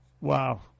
Wow